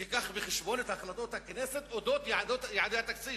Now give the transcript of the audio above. תביא בחשבון את החלטות הכנסת על יעדי התקציב.